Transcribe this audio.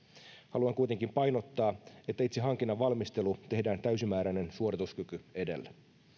haluan kuitenkin painottaa että itse hankinnan valmistelu tehdään täysimääräinen suorituskyky edellä